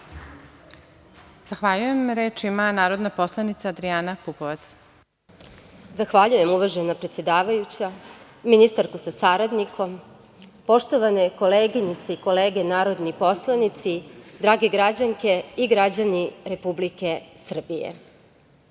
Zahvaljujem. Reč ima narodna poslanica Adrijana Pupovac. **Adrijana Pupovac** Zahvaljujem, uvažena predsedavajuća. Ministarka sa saradnikom, poštovane koleginice i kolege narodni poslanici, drage građanke i građani Republike Srbije,